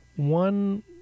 One